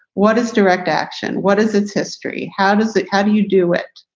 what is direct action? what is its history? how does it how do you do it?